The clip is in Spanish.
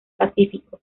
pacífico